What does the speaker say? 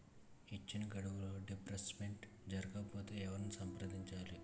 ఇచ్చిన గడువులోపు డిస్బర్స్మెంట్ జరగకపోతే ఎవరిని సంప్రదించాలి?